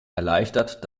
erleichtert